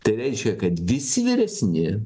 tai reiškia kad visi vyresni